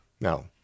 Now